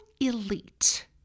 elite